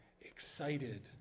excited